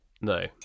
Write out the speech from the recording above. no